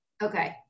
Okay